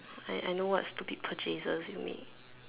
I I know what stupid purchases you make